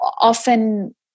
often